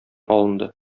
алынды